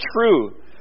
true